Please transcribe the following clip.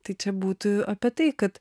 tai čia būtų apie tai kad